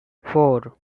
four